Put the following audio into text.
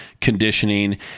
conditioning